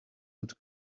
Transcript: und